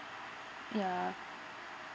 yeah